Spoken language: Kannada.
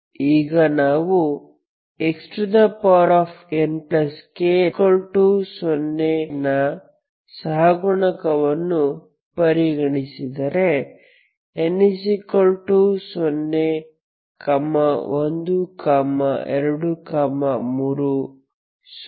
Refer Slide Time 2724 ಈಗ ನಾವು xnk 0 ನ ಸಹಗುಣಕಗಳನ್ನು ಪರಿಗಣಿಸಿದರೆ n 0 1 2 3